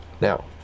Now